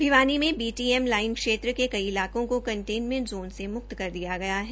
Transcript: भिवानी मे बी ीएम लाइन क्षेत्र के कई इलाकों को कं नमें ोन से मुक्त कर दिया गया है